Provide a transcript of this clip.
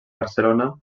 barcelona